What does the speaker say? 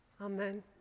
amen